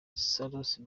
salusi